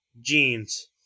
jeans